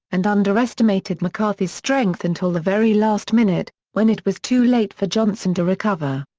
and underestimated mccarthy's strength until the very last minute, when it was too late for johnson to recover.